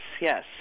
yes